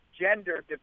gender